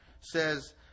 says